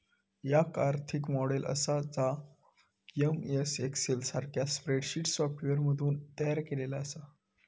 याक आर्थिक मॉडेल आसा जा एम.एस एक्सेल सारख्या स्प्रेडशीट सॉफ्टवेअरमधसून तयार केलेला आसा